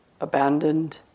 abandoned